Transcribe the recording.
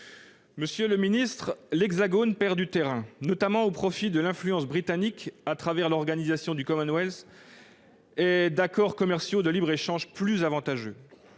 Monsieur le ministre, l'Hexagone perd du terrain, notamment au profit de l'influence britannique à travers l'organisation du Commonwealth et des accords commerciaux de libre-échange plus avantageux.